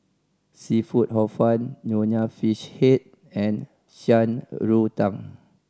seafood Hor Fun Nonya Fish Head and Shan Rui Tang